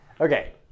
Okay